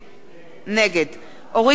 נגד אורית זוארץ,